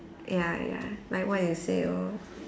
ya ya like what you say lor